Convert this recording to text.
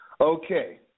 Okay